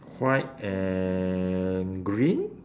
white and green